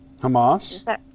Hamas